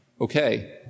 Okay